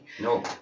No